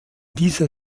dieser